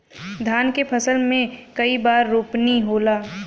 धान के फसल मे कई बार रोपनी होला?